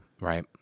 Right